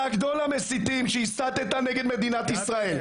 אתה גדול המסיתים שהסתת נגד מדינת ישראל.